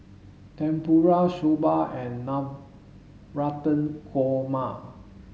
Tempura Soba and Navratan Korma